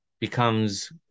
becomes